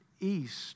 east